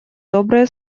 добрые